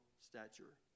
stature